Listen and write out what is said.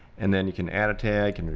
and then you can add a tag, and